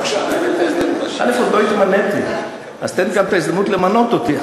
עוד לא התמניתי, אז תן את ההזדמנות למנות אותי.